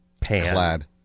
Clad